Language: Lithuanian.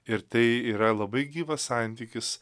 ir tai yra labai gyvas santykis